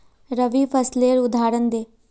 रवि फसलेर उदहारण दे?